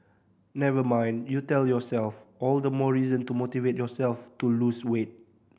never mind you tell yourself all the more reason to motivate yourself to lose weight